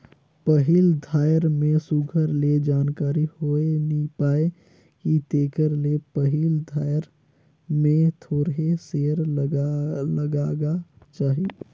पहिल धाएर में सुग्घर ले जानकारी होए नी पाए कि तेकर ले पहिल धाएर में थोरहें सेयर लगागा चाही